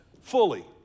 fully